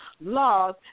laws